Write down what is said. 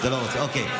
אתה לא רוצה, אוקיי.